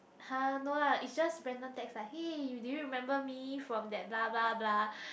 !huh! no lah it's just random text lah hey do you remember me from that blah blah blah